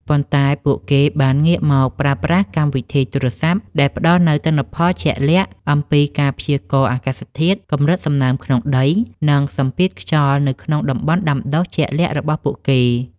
ប៉ុន្តែពួកគេបានងាកមកប្រើប្រាស់កម្មវិធីទូរស័ព្ទ ដែលផ្ដល់នូវទិន្នន័យជាក់លាក់អំពីការព្យាករណ៍អាកាសធាតុ កម្រិតសំណើមក្នុងដី និងសម្ពាធខ្យល់នៅក្នុងតំបន់ដាំដុះជាក់លាក់របស់ពួកគេ។